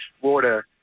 Florida